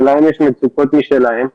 ולהם יש מצוקות משלהם.